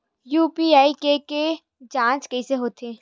UPI के के जांच कइसे होथे?